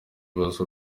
bibazo